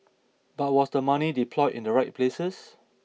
but was the money deployed in the right places